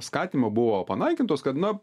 skatinimo buvo panaikintos kad na